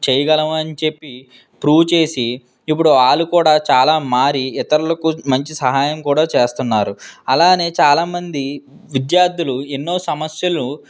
చేయగలమని చెప్పి ప్రూవ్ చేసి ఇప్పుడు వాళ్ళు కూడా చాలా మారి ఇతరులకు మంచి సహాయం కూడా చేస్తున్నారు అలానే చాలామంది విద్యార్థులు ఎన్నో సమస్యలు